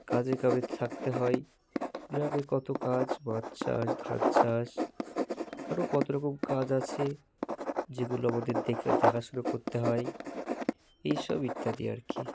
কাজে কামে থাকতে হয় গ্রামে কত কাজ মাছ চাষ ধান চাষ আরও কত রকম কাজ আছে যেগুলো আমাদের দেকে দেকাশুনো করতে হয় এই সব ইত্যাদি আর কি